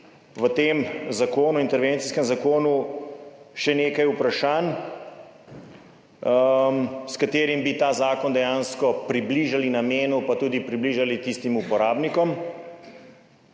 v tem zakonu, o intervencijskem zakonu še nekaj vprašanj, s katerim bi ta zakon dejansko približali namenu, pa tudi približali tistim uporabnikom.